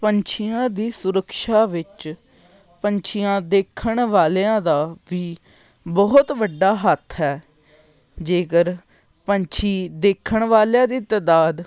ਪੰਛੀਆਂ ਦੀ ਸੁਰਕਸ਼ਾ ਵਿੱਚ ਪੰਛੀਆਂ ਦੇਖਣ ਵਾਲਿਆਂ ਦਾ ਵੀ ਬਹੁਤ ਵੱਡਾ ਹੱਥ ਹੈ ਜੇਕਰ ਪੰਛੀ ਦੇਖਣ ਵਾਲਿਆਂ ਦੀ ਤਾਦਾਦ